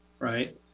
Right